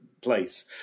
place